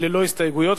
(תיקון מס' 15) היא ללא הסתייגויות,